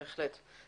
בהחלט.